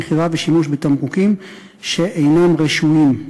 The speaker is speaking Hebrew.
מכירה ושימוש בתמרוקים שאינם רשויים,